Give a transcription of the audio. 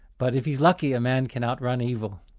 but if he's lucky, a man can out-run evil.